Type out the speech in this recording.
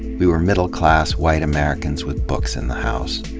we were middle class, white americans with books in the house.